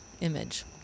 image